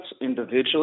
individually